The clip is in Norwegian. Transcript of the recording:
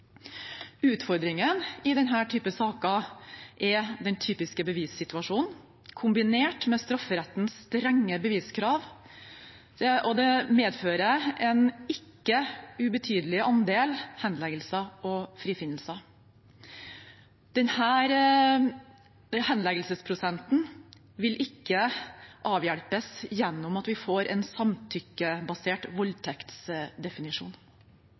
Utfordringen i denne typen saker er den typiske bevissituasjonen, kombinert med strafferettens strenge beviskrav. Det medfører en ikke ubetydelig andel henleggelser og frifinnelser. Henleggelsesprosenten vil ikke avhjelpes gjennom at vi får en samtykkebasert voldtektsdefinisjon.